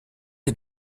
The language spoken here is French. est